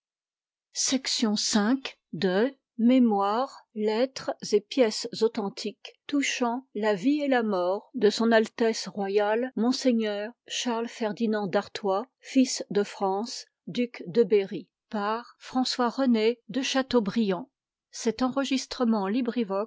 de seine mémoires lettres et pièges authentiques touchant la vie et la mort de s a r monseigneur charles ferdinand dartois fils de france duc de berry par m le v de chateaubriand